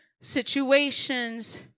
situations